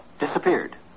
Disappeared